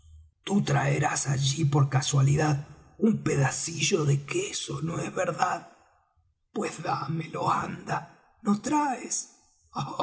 tú traerás allí por casualidad un pedacillo de queso no es verdad pues dámelo anda no traes